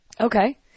Okay